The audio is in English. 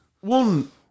One